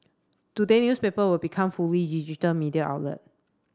today newspaper will become fully digital media outlet